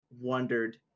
wondered